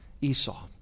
Esau